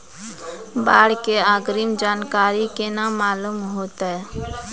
बाढ़ के अग्रिम जानकारी केना मालूम होइतै?